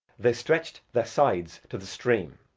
they stretched their sides to the stream,